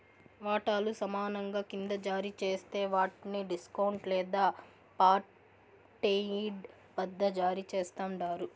వాటాలు సమానంగా కింద జారీ జేస్తే వాట్ని డిస్కౌంట్ లేదా పార్ట్పెయిడ్ వద్ద జారీ చేస్తండారు